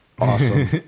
awesome